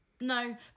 No